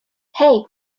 hey